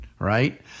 right